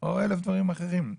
או אלף דברים אחרים.